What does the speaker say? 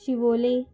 Siolim